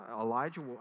Elijah